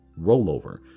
rollover